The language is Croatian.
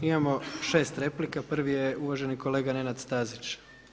Imamo 6 replika, prvi je uvaženi kolega Nenad Stazić.